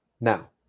Now